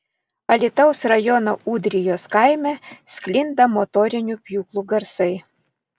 alytaus rajono ūdrijos kaime sklinda motorinių pjūklų garsai